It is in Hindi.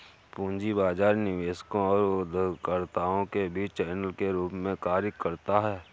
पूंजी बाजार निवेशकों और उधारकर्ताओं के बीच चैनल के रूप में कार्य करता है